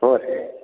ಹ್ಞೂ ರೀ